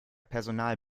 personal